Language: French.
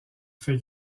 fait